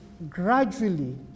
gradually